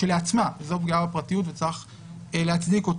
זו פגיעה בפרטיות כשלעצמה וצריך להצדיק אותה.